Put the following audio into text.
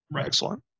Excellent